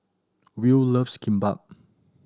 Will loves Kimbap